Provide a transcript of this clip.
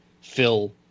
fill